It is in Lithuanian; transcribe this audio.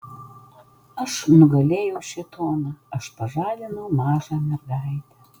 aš nugalėjau šėtoną aš pažadinau mažą mergaitę